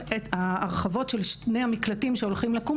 ההרחבות של שני המקלטים שאמורים לקום,